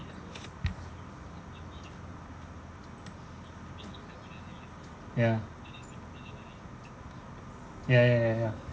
ya ya ya ya ya